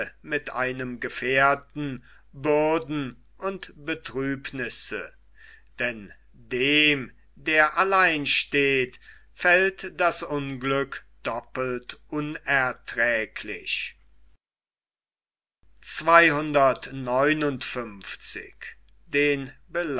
mit einem gefährten bürden und betrübnisse denn dem der allein steht fällt das unglück doppelt unerträglich